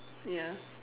ya